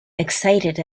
excited